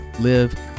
live